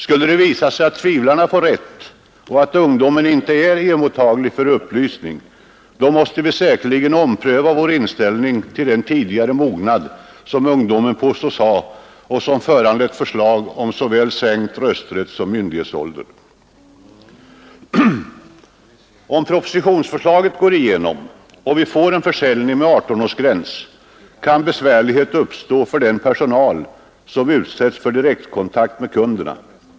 Skulle det visa sig att tvivlarna får rätt och att ungdomen inte är mottaglig för upplysning, då måste vi säkerligen ompröva vår inställning till den tidigare mognad som ungdomen påstås ha och som föranlett förslag om sänkt rösträttsoch myndighetsålder. Om propositionsförslaget går igenom och vi får en försäljning med 18-årsgräns, kan besvärligheter uppstå för den personal som utsetts för direktkontakten med kunderna.